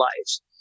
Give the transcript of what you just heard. lives